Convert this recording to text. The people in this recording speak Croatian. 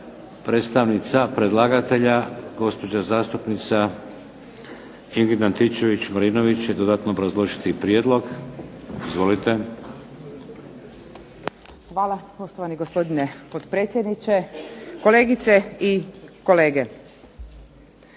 Predstavnica predlagatelja gospođa zastupnica Ingrid Antičević-Marinović će dodatno obrazložiti prijedlog. Izvolite. **Antičević Marinović, Ingrid (SDP)** Hvala poštovani gospodine potpredsjedniče. Kolegice i kolege.